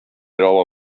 all